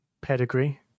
pedigree